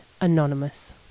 anonymous